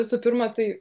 visu pirma tai